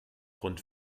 rund